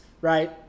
right